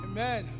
Amen